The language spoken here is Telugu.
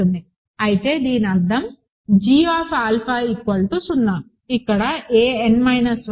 అయితే దీని అర్థం gఆల్ఫా 0 ఇక్కడ a n 1 x n 1